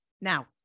Now